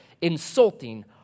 insulting